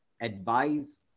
advise